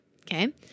Okay